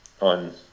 on